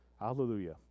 Hallelujah